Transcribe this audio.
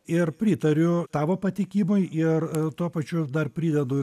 ir pritariu tavo patikimui ir tuo pačiu dar pridedu